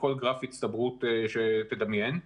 כל גרף הצטברות שתדמיין.